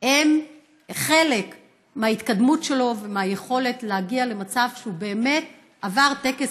הם חלק מההתקדמות שלו ומהיכולת להגיע למצב שהוא באמת עבר טקס